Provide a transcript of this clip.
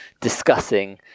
discussing